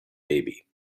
baby